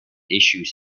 issues